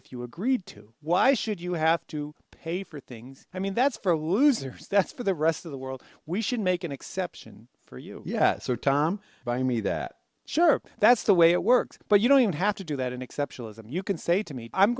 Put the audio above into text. if you agreed to why should you have to pay for things i mean that's for losers that's for the rest of the world we should make an exception for you yes or tom by me that sure that's the way it works but you don't even have to do that in exceptionalism you can say to me i'm